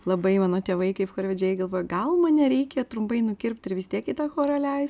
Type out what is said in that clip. labai mano tėvai kaip karvedžiai galvojo gal mane reikia trumpai nukirpt ir vis tiek į tą chorą leist